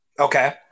Okay